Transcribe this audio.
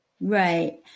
Right